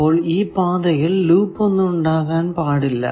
അപ്പോൾ ഈ പാതയിൽ ലൂപ്പ് ഒന്നും ഉണ്ടാകാൻ പാടില്ല